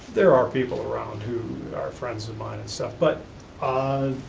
there are people around who are friends of mine and stuff, but um